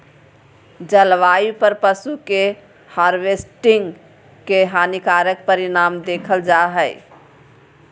जलवायु पर पशु के हार्वेस्टिंग के हानिकारक परिणाम देखल जा हइ